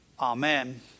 Amen